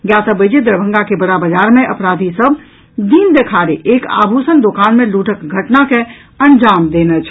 ज्ञातव्य अछि जे दरभंगा के बड़ा बाजार मे अपराधी सभ दिन दिखाड़े एक आभूषण दोकान मे लूटक घटना के अंजाम देने छल